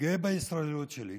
גאה בישראליות שלי,